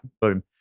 Boom